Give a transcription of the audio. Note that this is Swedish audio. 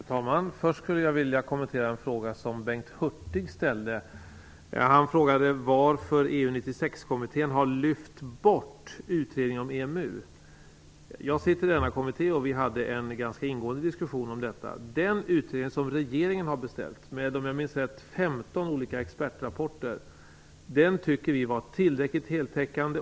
Fru talman! Först skulle jag vilja kommentera en fråga som Bengt Hurtig ställde. Han frågade varför EU 96-kommittén har lyft bort utredningen om EMU. Jag sitter i denna kommitté och jag kan säga att vi hade en ganska ingående diskussion om detta. Den utredning som regeringen har beställt, med 15 olika expertrapporter, om jag minns rätt, tycker vi var tillräckligt heltäckande.